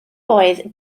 oedd